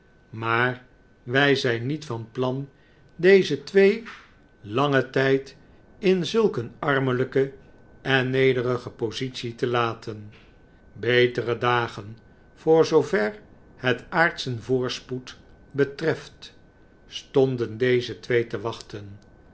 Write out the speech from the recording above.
maar wij zijn niet van plan deze twee langen tijd in zulk een armelijke en nederige positie te laten betere dagen voor zoover het aardschen voorspoed betreft stonden deze twee te wachten